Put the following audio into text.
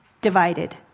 divided